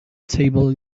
table